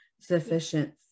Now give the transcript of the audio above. sufficient